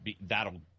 that'll